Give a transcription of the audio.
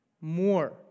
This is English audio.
More